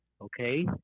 okay